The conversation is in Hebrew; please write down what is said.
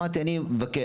אז אמרתי אני מבקש,